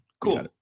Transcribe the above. Cool